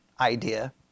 idea